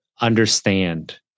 understand